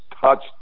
touched